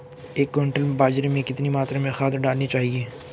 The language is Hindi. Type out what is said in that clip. एक क्विंटल बाजरे में कितनी मात्रा में खाद डालनी चाहिए?